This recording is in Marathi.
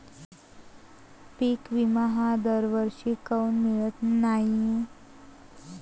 पिका विमा हा दरवर्षी काऊन मिळत न्हाई?